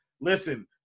Listen